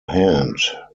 hand